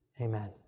amen